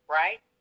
right